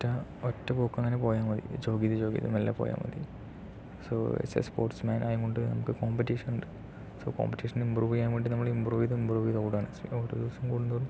ഒറ്റ ഒറ്റ പോക്കങ്ങനെ പോയാൽ മതി ജോഗെയ്ത് മെല്ലെ മെല്ലെ പോയാൽ മതി സൊ അസ് എ സ്പോർട്സ്മാൻ ആയതോണ്ട് നമുക്ക് കോമ്പറ്റിഷനുണ്ട് സൊ കോമ്പറ്റിഷന് ഇമ്പ്രൂവെയ്യാൻ വേണ്ടി നമ്മള് ഇമ്പ്രൂവെയ്ത് ഇമ്പ്രൂവെയ്ത് ഓടാണ് ഓരോ ദിവസം കൂടുന്തോറും